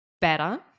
better